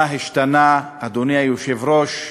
מה השתנה, אדוני היושב-ראש?